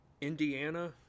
Indiana